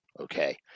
okay